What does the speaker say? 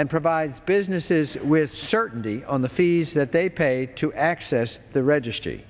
and provides businesses with certainty on the fees that they pay to access the registry